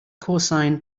cosine